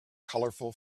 colorful